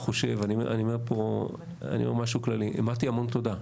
מטי, המון תודה.